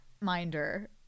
minder